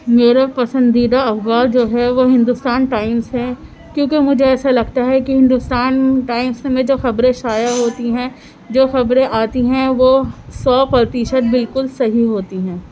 میرا پسندیدہ اخبار جو ہے وہ ہندوستان ٹائمس ہے کیونکہ مجھے ایسا لگتا ہے کہ ہندوستان ٹائمس میں میں جو خبریں شائع ہوتی ہیں جو خبریں آتی ہیں وہ سو پرتیشت بالکل صحیح ہوتی ہیں